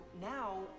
Now